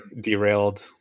derailed